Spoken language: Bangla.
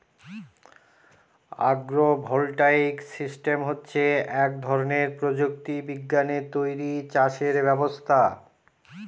আগ্র ভোল্টাইক সিস্টেম হচ্ছে এক ধরনের প্রযুক্তি বিজ্ঞানে তৈরী চাষের ব্যবস্থা